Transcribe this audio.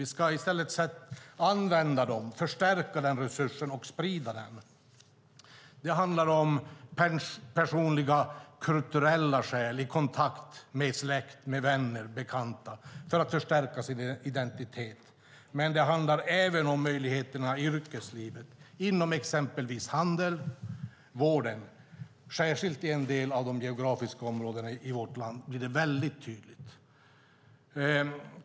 Vi ska i stället använda, förstärka och sprida den. Det handlar om personliga och kulturella skäl i kontakt med släkt, vänner och bekanta för att förstärka sin identitet. Men det handlar även om möjligheterna i yrkeslivet inom exempelvis handel och vård. Särskilt i en del av de geografiska områdena i vårt land blir det väldigt tydligt.